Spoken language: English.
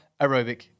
aerobic